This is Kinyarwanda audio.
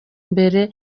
mbere